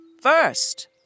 First